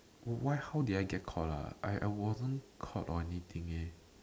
oh why how did I get caught ah I wasn't caught or anything eh